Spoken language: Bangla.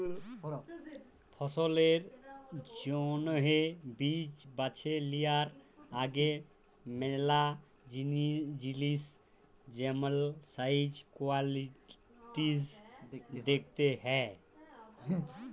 ফসলের জ্যনহে বীজ বাছে লিয়ার আগে ম্যালা জিলিস যেমল সাইজ, কোয়ালিটিজ দ্যাখতে হ্যয়